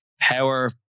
power